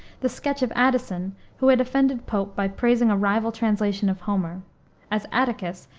the sketch of addison who had offended pope by praising a rival translation of homer as atticus,